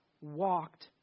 walked